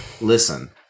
Listen